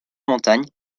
montagne